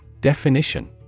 Definition